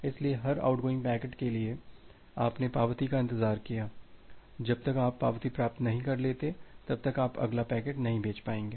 इसलिए हर outgoing packet के लिए आपने पावती का इंतजार किया है जब तक आप पावती प्राप्त नहीं कर लेते तब तक आप अगला पैकेट नहीं भेज पाएंगे